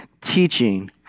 teaching